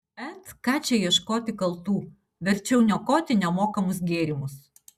et ką čia ieškoti kaltų verčiau niokoti nemokamus gėrimus